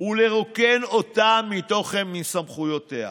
ולרוקן אותה מתוכן, מסמכויותיה.